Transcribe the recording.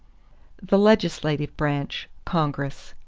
the legislative branch congress.